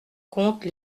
compte